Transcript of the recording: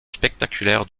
spectaculaires